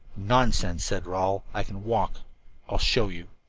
nonsense, said rawle, i can walk i'll show you.